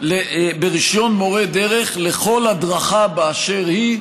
ברישיון מורי דרך לכל הדרכה באשר היא,